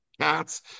cats